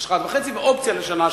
1.5, ואופציה לשנה שלישית.